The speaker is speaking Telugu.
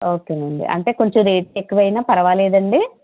ఓకే అండి అంటే కొంచెం రేట్ ఎక్కువైనా పరవాలేదా అండి